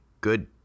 good